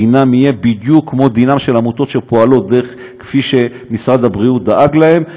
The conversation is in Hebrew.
דינן יהיה בדיוק כמו דינן של עמותות שפועלות כפי שמשרד הבריאות דאג להן,